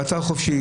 באתר חופשי.